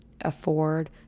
afford